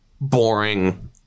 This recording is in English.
boring